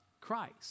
Christ